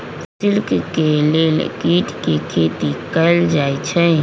silk के लेल कीट के खेती कएल जाई छई